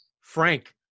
Frank